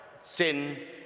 sin